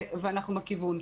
בזה, ואנחנו בכיוון.